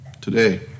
today